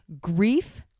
grief